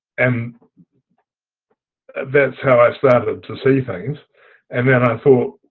and that's how i started to see things and then i thought